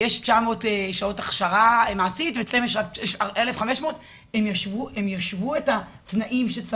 יש 900 שעות הכשרה מעשית ואצלנו יש רק --- הם ישוו את התנאים.